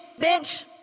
bitch